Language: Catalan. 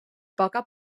poca